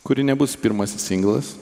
kuri nebus pirmas singlas